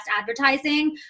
advertising